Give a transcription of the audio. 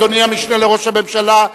אדוני המשנה לראש הממשלה,